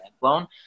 loan